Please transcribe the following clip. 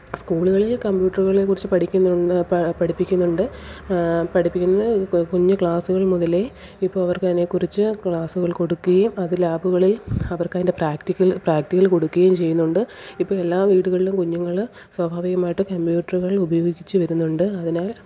സ്കൂളുകളില് കമ്പ്യൂട്ടറുകളെ കുറിച്ച് പഠിക്കുന്നുണ്ട് പഠിപ്പിക്കുന്നുണ്ട് പഠിപ്പിക്കുന്ന കുഞ്ഞ് ക്ലാസുകള് മുതലേ ഇപ്പം അവര്ക്ക് അതിനെ കുറിച്ച് ക്ലാസുകള് കൊടുക്കുകയും അത് ലാബുകളില് അവര്ക്ക് അതിന്റെ പ്രാക്റ്റിക്കല് പ്രാക്റ്റിക്കല് കൊടുക്കുകയും ചെയ്യുന്നുണ്ട് ഇപ്പം എല്ലാ വീടുകളിലും കുഞ്ഞുങ്ങൾ സ്വാഭാവികമായിട്ട് കമ്പ്യൂട്ടറുകൾ ഉപയോഗിച്ചു വരുന്നുണ്ട് അതിനാല്